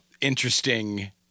interesting